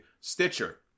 Stitcher